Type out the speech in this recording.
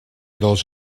dos